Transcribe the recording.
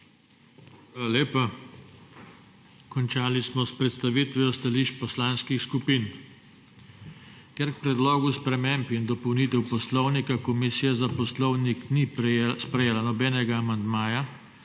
Hvala lepa. Končali smo s predstavitvijo stališč poslanskih skupin. Ker k Predlogu sprememb in dopolnitev Poslovnika Komisija za poslovnik ni sprejela nobenega amandmaja